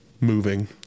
moving